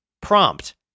Prompt